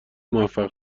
موفق